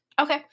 Okay